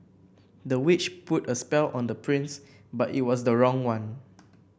the witch put a spell on the prince but it was the wrong one